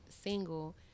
single